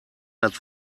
hat